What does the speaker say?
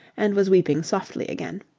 and was weeping softly again.